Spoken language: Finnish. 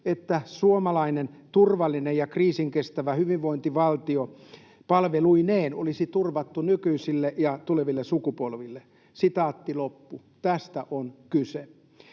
että suomalainen turvallinen ja kriisinkestävä hyvinvointivaltio palveluineen olisi turvattu nykyisille ja tuleville sukupolville.” Tästä on kyse.